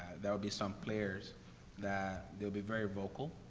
ah, there will be some players that, they'll be very vocal,